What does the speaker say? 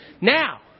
Now